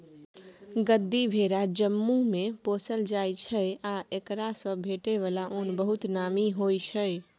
गद्दी भेरा जम्मूमे पोसल जाइ छै आ एकरासँ भेटै बला उन बहुत नामी होइ छै